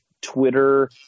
Twitter